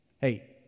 Hey